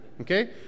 Okay